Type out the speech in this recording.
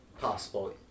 possible